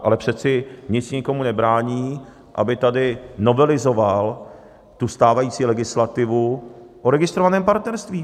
Ale přece nic nikomu nebrání, aby tady novelizoval stávající legislativu o registrovaném partnerství.